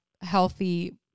healthy